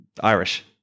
Irish